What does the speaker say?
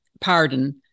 pardon